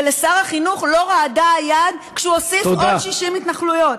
ולשר החינוך לא רעדה היד כשהוא הוסיף עוד 60 התנחלויות.